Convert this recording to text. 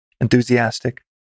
enthusiastic